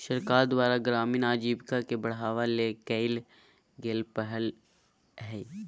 सरकार द्वारा ग्रामीण आजीविका के बढ़ावा ले कइल गेल पहल हइ